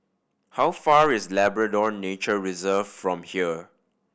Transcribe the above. how far away is Labrador Nature Reserve from here